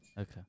Okay